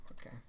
Okay